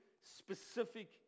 specific